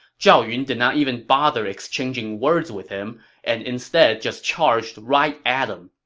zhao yun did not even bother exchanging words with him and instead just charged right at him.